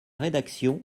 rédaction